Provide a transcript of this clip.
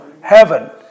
Heaven